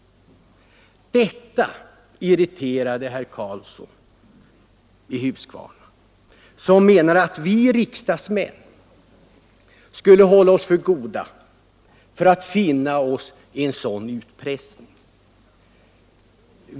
Detta irriterade herr Karlsson i Huskvarna, som menade att vi riksdagsmän skulle hålla oss för goda för att finna oss i en sådan utpressning.